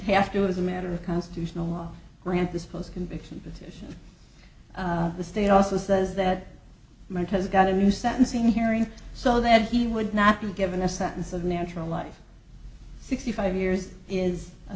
have to as a matter of constitutional law grant this post conviction petition the state also says that man has got a new sentencing hearing so that he would not be given a sentence of natural life sixty five years is a